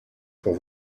pour